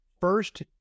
first